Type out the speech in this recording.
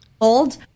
old